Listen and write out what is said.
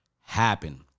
happen